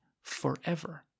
forever